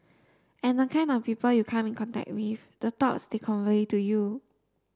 and the kind of people you come in contact with the thought they convey to you